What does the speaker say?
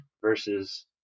versus